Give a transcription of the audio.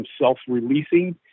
self-releasing